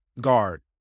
guard